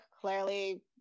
clearly